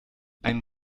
einen